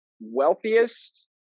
Wealthiest